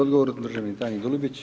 Odgovor državni tajnik Dulibić.